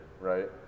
right